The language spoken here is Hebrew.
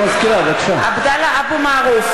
עבדאללה אבו מערוף,